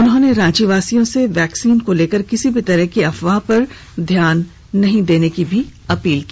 उन्होंने रांचीवासियों से वैक्सीन को लेकर किसी भी तरह की अफवाह पर ध्यान ना देने की भी अपील की